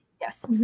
Yes